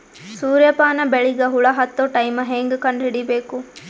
ಸೂರ್ಯ ಪಾನ ಬೆಳಿಗ ಹುಳ ಹತ್ತೊ ಟೈಮ ಹೇಂಗ ಕಂಡ ಹಿಡಿಯಬೇಕು?